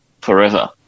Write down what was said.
forever